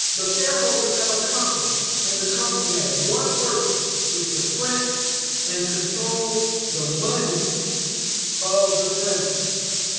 the shareholders have a company and the company has one purpose it's to print and control the money of the countries.